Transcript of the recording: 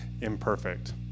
imperfect